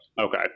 Okay